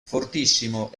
fortissimo